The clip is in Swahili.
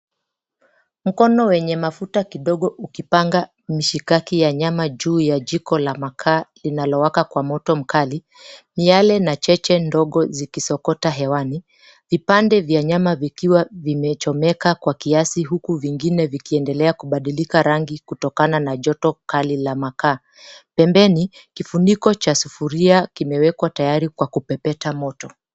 Mkono wenye mafuta kidogo ukipanga mishikaki ya nyama juu ya jiko la makaa linalowaka kwa moto mkali, miyale na cheche ndogo zikisokota vipande vya nyama vikiwa vimechomeka kwa kiasi huku vingine vikiendelea kubadilika rangi kutokana na joto kali la makaa pembeni, kifuniko cha sufuria kimeekwa tayari kwa kupepeta moto.